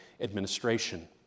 administration